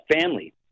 family